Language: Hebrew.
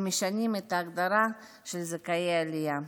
והם משנים את ההגדרה של זכאי עלייה.